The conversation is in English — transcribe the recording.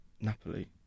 Napoli